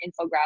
infographic